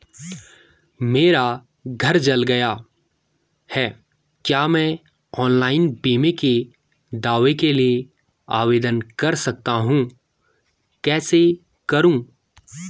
मेरा घर जल गया है क्या मैं ऑनलाइन बीमे के दावे के लिए आवेदन कर सकता हूँ कैसे करूँ?